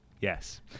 yes